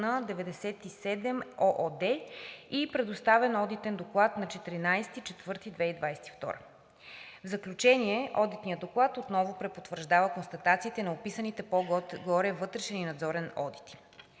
– 97“ ООД и предоставен одитен доклад на 14 април 2022 г. В заключение одитният доклад отново препотвърждава констатациите на описаните по-горе вътрешен и надзорен одит.